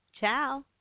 Ciao